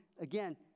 again